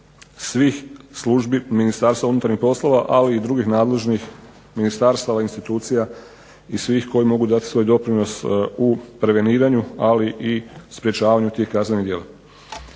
svih službi Ministarstva unutarnjih poslova, ali i drugih nadležnih ministarstava, institucija i svih koji mogu dati svoj doprinos u preveniranju, ali i sprečavanju tih kaznenih djela.